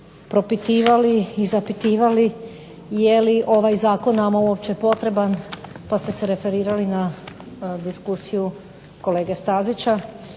propitivali i zapitivali je li ovaj zakon nama uopće potreban, pa ste se referirali na diskusiju kolege Stazića